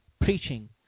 preaching